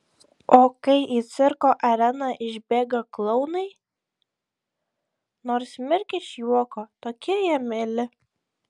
o kai į cirko areną išbėga klounai nors mirk iš juoko tokie jie mieli